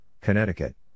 Connecticut